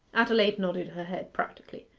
adelaide nodded her head practically.